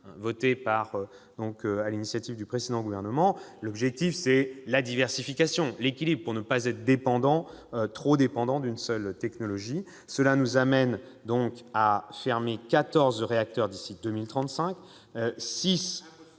votée sur l'initiative du précédent gouvernement. L'objectif, c'est la diversification, l'équilibre, pour ne pas être trop dépendant d'une seule technologie. Cela nous amènera à fermer 14 réacteurs d'ici à 2035, ...